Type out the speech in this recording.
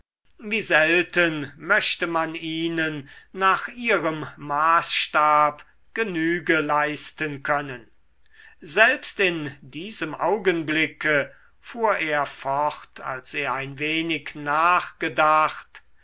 wie selten möchte man ihnen nach ihrem maßstab genüge leisten können selbst in diesem augenblicke fuhr er fort als er ein wenig nachgedacht